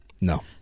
No